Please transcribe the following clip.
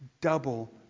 Double